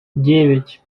девять